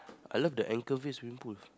I love the Anchorvale swimming pool